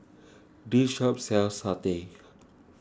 this shop sells Satay